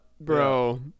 bro